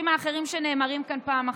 אחת, אפשר אפילו שתיים ולפעמים גם שלוש,